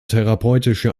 therapeutische